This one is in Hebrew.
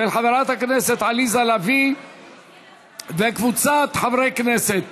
של חברת הכנסת עליזה לביא וקבוצת חברי הכנסת.